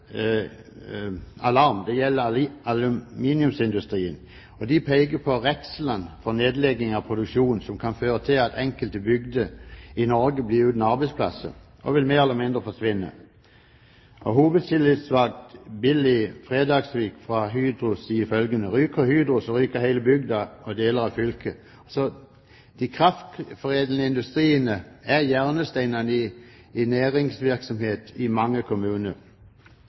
aluminiumsindustrien alarm. De peker på redselen for nedlegging av produksjon som kan føre til at enkelte bygder i Norge blir uten arbeidsplasser og mer eller mindre vil forsvinne. Hovedtillitsvalgt Billy Fredagsvik fra Hydro sier følgende: «Ryker Hydro, så ryker hele bygda og deler av fylket.» Den kraftforedlende industrien er hjørnesteinen for næringsvirksomhet i mange kommuner.